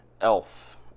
elf